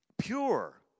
Pure